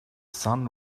sun